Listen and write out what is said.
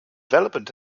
development